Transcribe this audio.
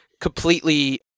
completely